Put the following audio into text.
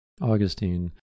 augustine